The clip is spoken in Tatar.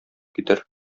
китер